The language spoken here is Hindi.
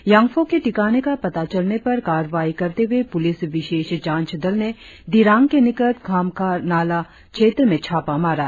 यांग्फो के ठिकाने का पता चलने पर कार्यवाई करते हुए पुलिस विशेष जाँच दल ने दिरांग के निकट खामखार नाला क्षेत्र में छापा मारा